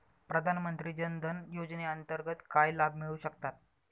प्रधानमंत्री जनधन योजनेअंतर्गत काय लाभ मिळू शकतात?